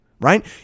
right